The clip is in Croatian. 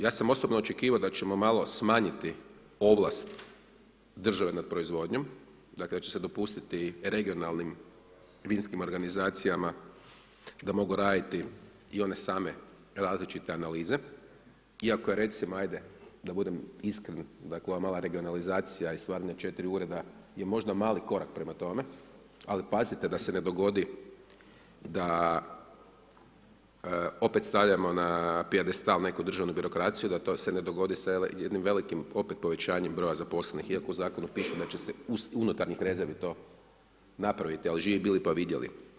Ja sam osobno očekivao da ćemo malo smanjiti ovlast države nad proizvodnjom, dakle da će se dopustiti regionalnim vinskim organizacijama, da mogu raditi i one same različite analize, iako je recimo, ajde da budem iskren, dakle ova mala regionalizacija i stvarna 4 ureda je možda mali korak prema tome, ali pazite da se ne dogodi da opet stavljamo na … neku državnu birokraciju, da to se ne dogodi jednim velikim opet povećanjem broja zaposlenih iako u zakonu piše da će se to unutarnjih rezervi to napraviti, ali živi bili pa vidjeli.